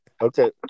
Okay